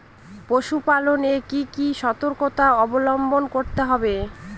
পশুপালন এ কি কি সর্তকতা অবলম্বন করতে হবে?